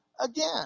again